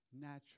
natural